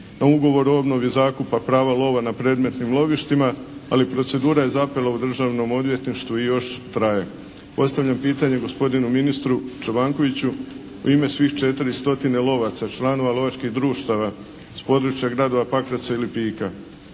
na ugovor o obnovi zakupa prava lova na predmetnim lovištima ali procedura je zapela u državnom odvjetništvu i još traje. Postavljam pitanje gospodinu ministru Čobankoviću u ime svih 4 stotine lovaca članova lovačkih društava s područja gradova Pakraca i Lipika